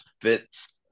fits